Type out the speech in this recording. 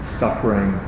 suffering